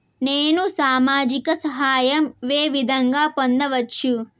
నేను సామాజిక సహాయం వే విధంగా పొందొచ్చు?